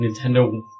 Nintendo